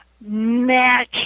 match